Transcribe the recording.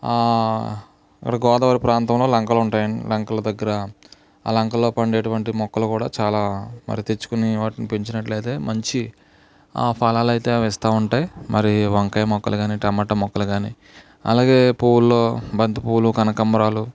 గోదావరి ప్రాంతంలో లంకలు ఉంటాయి లంకలు దగ్గర ఆ లంకల్లో పండేటువంటి మొక్కలు కూడా చాలా మరి తెచ్చుకుని వాటిని పెంచినట్లయితే మంచి ఆ ఫలాలు అయితే అవి ఇస్తూ ఉంటాయి మరి వంకాయ మొక్కలు కాని టమాట మొక్కలు కాని అలాగే పూలులో బంతిపూలు కనకంబరాలు